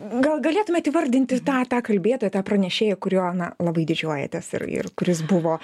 gal galėtumėt įvardinti tą tą kalbėtoją tą pranešėją kuriuo na labai didžiuojatės ir ir kuris buvo